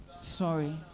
sorry